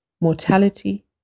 mortality